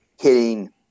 hitting